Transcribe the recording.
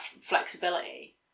flexibility